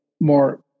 more